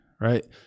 Right